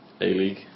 A-League